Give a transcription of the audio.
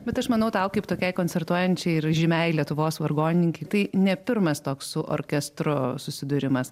bet aš manau tau kaip tokiai koncertuojančiai ir žymiai lietuvos vargonininkei tai ne pirmas toks su orkestru susidūrimas